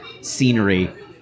scenery